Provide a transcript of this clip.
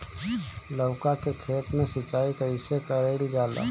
लउका के खेत मे सिचाई कईसे कइल जाला?